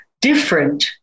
different